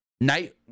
Night